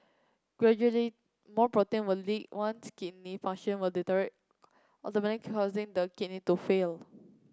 gradually more protein will leak one's kidney function will deteriorate ultimately causing the kidney to fail